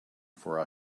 for